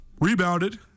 rebounded